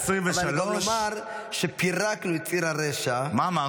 אבל אני גם אומר שפירקנו את ציר הרשע --- מה אמרתי?